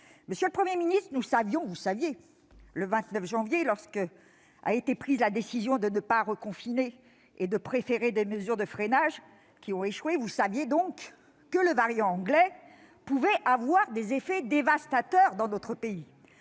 Monsieur le Premier ministre, le 29 janvier, lorsqu'a été prise la décision de ne pas reconfiner et de préférer des mesures de freinage, qui ont échoué, vous saviez que le variant anglais pouvait avoir des effets dévastateurs dans notre pays.